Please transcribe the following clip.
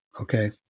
Okay